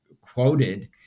quoted